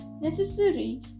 necessary